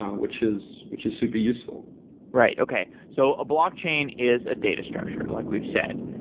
um which is which is super useful right, okay. so a blockchain is a data structure, like we've said.